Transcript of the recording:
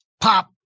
pop